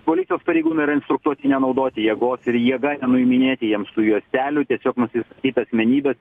policijos pareigūnai yra instruktuoti nenaudoti jėgos ir jėga nenuiminėti jiems tų juostelių tiesiog nusistatyt asmenybes